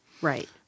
Right